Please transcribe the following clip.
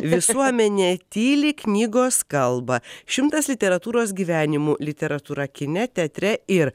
visuomenė tyli knygos kalba šimtas literatūros gyvenimų literatūra kine teatre ir